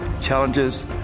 challenges